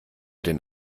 den